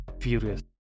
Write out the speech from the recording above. furious